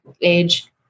age